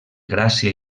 gràcia